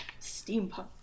steampunk